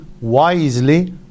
wisely